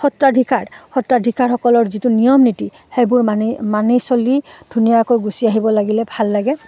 সত্ৰাধিকাৰ সত্ৰাধিকাৰসকলৰ যিটো নিয়ম নীতি সেইবোৰ মানি মানি চলি ধুনীয়াকৈ গুচি আহিব লাগিলে ভাল লাগে